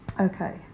okay